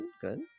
good